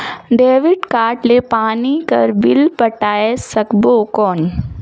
Debit card ले पानी कर बिल पटाय सकबो कौन?